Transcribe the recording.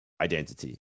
identity